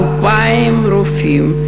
2,000 רופאים.